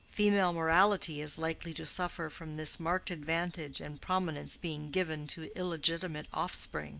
female morality is likely to suffer from this marked advantage and prominence being given to illegitimate offspring.